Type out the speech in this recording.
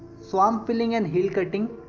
swamp filling and hill cutting,